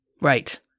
Right